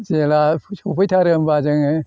जेला सफैथारो होनबा जोङो